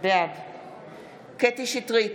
בעד קטי קטרין שטרית,